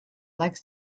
likes